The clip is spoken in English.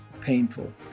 painful